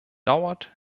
dauert